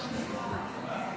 הקלות בתנאי קבלה ללוחמים